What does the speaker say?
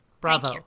Bravo